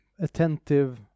attentive